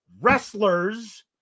wrestlers